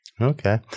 Okay